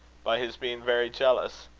by his being very jealous?